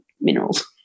minerals